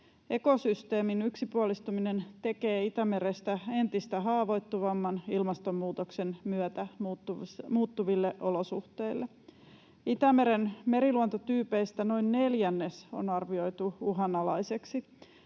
Ekosysteemin yksipuolistuminen tekee Itämerestä entistä haavoittuvamman ilmastonmuutoksen myötä muuttuville olosuhteille. Itämeren meriluontotyypeistä noin neljännes on arvioitu uhanalaiseksi.